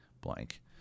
blank